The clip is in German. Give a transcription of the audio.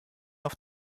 auf